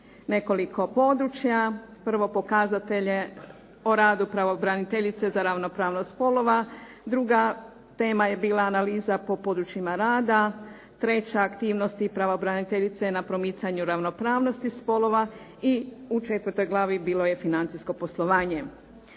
nekoliko područja prvo pokazatelje o radu pravobraniteljice za ravnopravnost spolova, druga tema je bila analiza po područjima rada, treća aktivnosti pravobraniteljice na promicanju ravnopravnosti spolova, i u četvrtoj glavi bilo je financijsko poslovanje.